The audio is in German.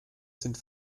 sind